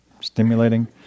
stimulating